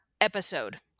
episode